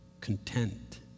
content